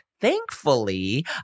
Thankfully